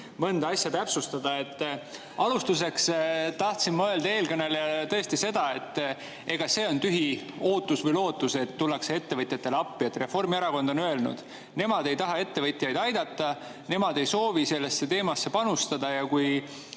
mõnda asja täpsustada. Alustuseks tahan öelda eelkõnelejale seda, et see on tühi ootus või lootus, et tullakse ettevõtjatele appi. Reformierakond on öelnud, et nemad ei taha ettevõtjaid aidata, nemad ei soovi sellesse teemasse panustada. Ja kui